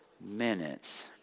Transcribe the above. minutes